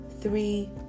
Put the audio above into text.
three